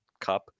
cup